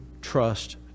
trust